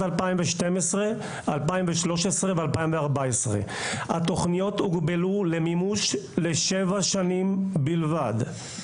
בשנת 2012-2014. התוכניות הוגבלו למימוש לשבע שנים בלבד.